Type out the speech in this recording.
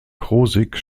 krosigk